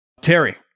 Terry